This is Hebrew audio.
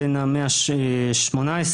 בן המאה ה-18,